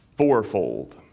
Fourfold